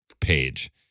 page